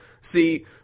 See